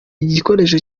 igikoresho